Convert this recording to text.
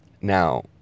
now